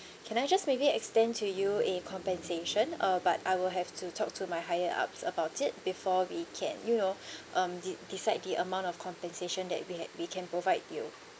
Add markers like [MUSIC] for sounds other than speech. can I just maybe extend to you a compensation uh but I will have to talk to my higher ups about it before we can you know [BREATH] um de~ decide the amount of compensation that we have we can provide you